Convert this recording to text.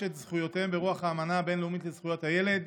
את זכויותיהם ברוח האמנה הבין-לאומית לזכויות הילד,